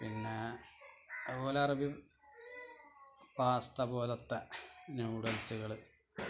പിന്നെ അത് പോലെ പാസ്ത പോലത്തെ നൂഡിൽസുകൾ